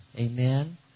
Amen